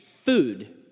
food